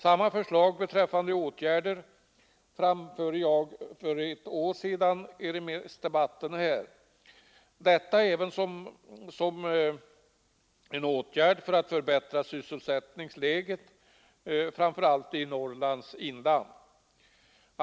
Samma förslag beträffande åtgärder framförde jag för ett år sedan i den allmänpolitiska debatten, då även som en åtgärd för att förbättra sysselsättningen i Norrlands inland.